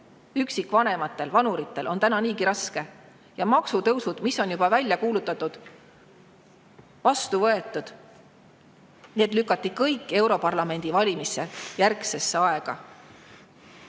üksikvanematel ja vanuritel on niigi raske ja maksutõusud, mis on juba välja kuulutatud, vastu võetud, lükati kõik europarlamendi valimiste järgsesse aega.